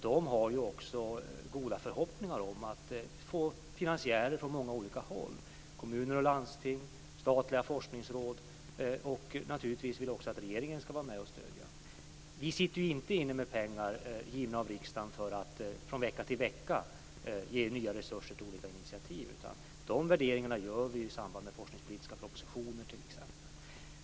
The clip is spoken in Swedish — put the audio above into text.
De har också goda förhoppningar om att få finansiärer från många olika håll - Naturligtvis vill de också att regeringen ska vara med och stödja. Men vi sitter inte inne med pengar givna av riksdagen för att från vecka till vecka ge nya resurser till olika initiativ, utan de värderingarna gör vi i samband med forskningspolitiska propositioner t.ex.